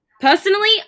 personally